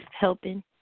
Helping